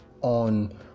on